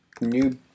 New